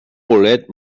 bolet